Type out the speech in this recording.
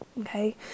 okay